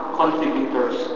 contributors